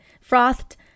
frothed